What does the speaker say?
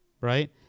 right